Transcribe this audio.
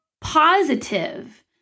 positive